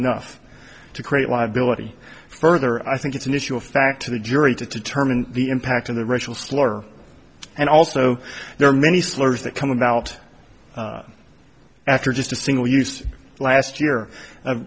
enough to create liability further i think it's an issue of fact to the jury to determine the impact of the racial slur and also there are many slurs that come about after just a single use last year